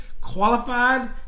qualified